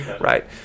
right